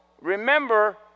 remember